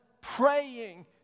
praying